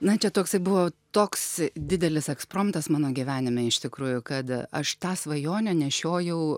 na čia toksai buvo toks didelis ekspromtas mano gyvenime iš tikrųjų kad aš tą svajonę nešiojau